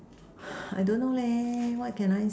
I don't know leh what can I